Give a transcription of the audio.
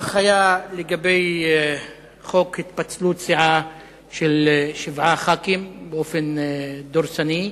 כך היה לגבי חוק התפצלות סיעה של שבעה ח"כים באופן דורסני,